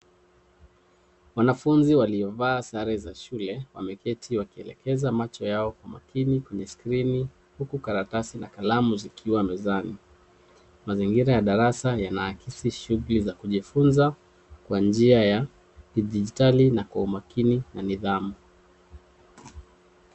Wanafunzi waliovaa sare za shule wameketi wakielekeza macho yao kwa makini kwenye skrini huku karatasi na kalamu zikiwa mezani. Mazingira ya darasa yanaakisi shughuli za kujifunza kwa njia ya kidijitali na kwa umakini na nidhamu.